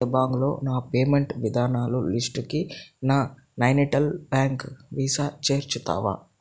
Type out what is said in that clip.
జబాంగ్లో నా పేమెంట్ విధానాలు లిస్టుకి నా నైనిటాల్ బ్యాంక్ వీసా చేర్చుతావా